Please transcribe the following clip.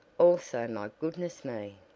also my goodness me!